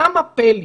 נא מפה לי